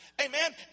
Amen